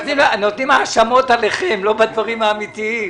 מאשימים אתכם, אבל לא בדברים האמיתיים.